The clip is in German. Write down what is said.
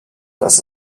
das